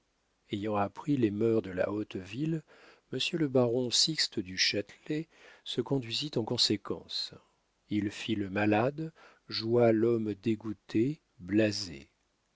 ayant appris les mœurs de la haute ville monsieur le baron sixte du châtelet se conduisit en conséquence il fit le malade joua l'homme dégoûté blasé